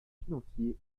financier